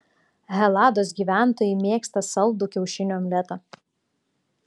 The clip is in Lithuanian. helados gyventojai mėgsta saldų kiaušinių omletą